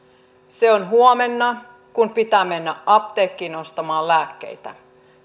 se on huomenna kun pitää mennä apteekkiin ostamaan lääkkeitä